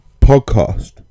podcast